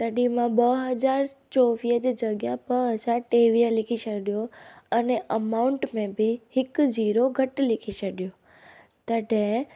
तॾी मां ॿ हज़ार चोवीह जी जॻहि ॿ हज़ार टेवीह लिखी छॾियो अने अमाउंट में बि हिकु ज़ीरो घटि लिखी छॾियो तॾहिं